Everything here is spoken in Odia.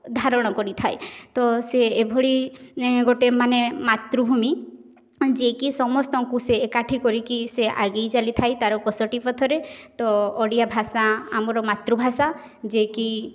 ଧାରଣ କରିଥାଏ ତ ସିଏ ଏଭଳି ଗୋଟେ ମାନେ ମାତୃଭୂମି ଯିଏ କି ସମସ୍ତଙ୍କୁ ସିଏ ଏକାଠି କରିକି ସିଏ ଆଗେଇ ଚାଲିଥାଏ ତାର କଷଟି ପଥରେ ତ ଓଡ଼ିଆ ଭାଷା ଆମର ମାତୃଭାଷା ଯିଏକି